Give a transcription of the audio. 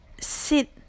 sit